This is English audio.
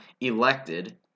elected